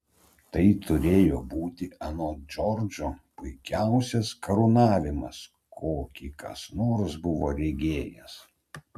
tai turėjo būti anot džordžo puikiausias karūnavimas kokį kas nors buvo regėjęs